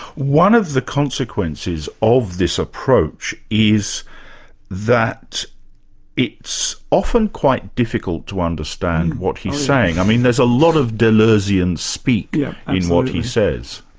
one of the consequences of this approach is that it's often quite difficult to understand what he's saying. i mean there's a lot of deleuzean-speak yeah in what he says.